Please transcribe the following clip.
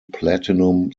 platinum